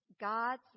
God's